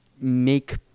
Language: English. make